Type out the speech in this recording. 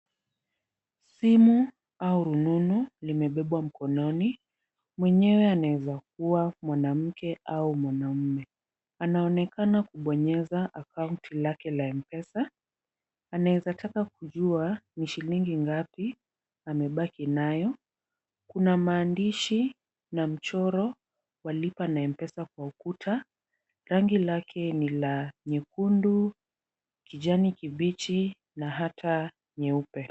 Simu au rununu limebebwa mkononi, mwenyewe anaweza kuwa mwanamke au mwanamume. Anaonekana kubonyeza akaunti lake ya M-Pesa. Anaweza taka kujua ni shilingi ngapi amebaki nayo. Kuna maandishi na mchoro wa lipa na M-Pesa kwa ukuta. Rangi lake ni la nyekundu, kijani kibichi, na hata nyeupe.